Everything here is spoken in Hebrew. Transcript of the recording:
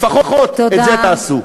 לפחות את זה תעשו.